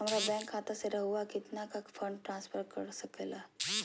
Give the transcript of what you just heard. हमरा बैंक खाता से रहुआ कितना का फंड ट्रांसफर कर सके ला?